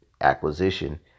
acquisition